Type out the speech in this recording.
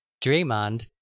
Draymond